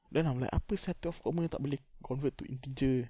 then I'm like apa sia twelve comma tak boleh convert into integer